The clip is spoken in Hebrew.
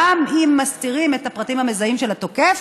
גם אם מסתירים את הפרטים המזהים של התוקף,